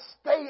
stay